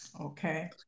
Okay